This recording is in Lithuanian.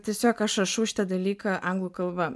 tiesiog aš rašau šitą dalyką anglų kalba